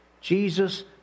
Jesus